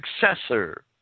successor